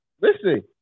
Listen